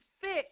fix